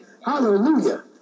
Hallelujah